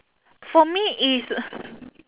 for me it's